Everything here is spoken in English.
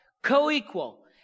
Co-equal